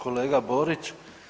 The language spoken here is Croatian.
Kolega Borić.